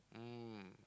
mm